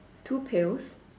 two pails